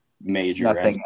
major